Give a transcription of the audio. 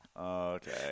okay